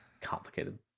complicated